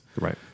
Right